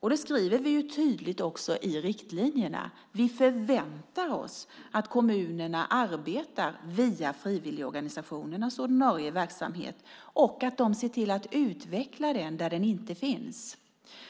Vi skriver tydligt i riktlinjerna att vi förväntar oss att kommunerna arbetar via frivilligorganisationernas ordinarie verksamhet och att de ser till att utveckla den där den inte finns.